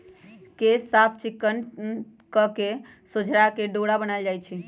केश साफ़ चिक्कन कके सोझरा के डोरा बनाएल जाइ छइ